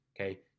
okay